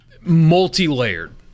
Multi-layered